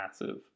massive